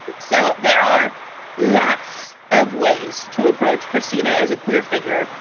so there are lots of ways to approach kristina as a queer figure,